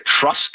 trust